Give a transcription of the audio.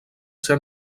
ser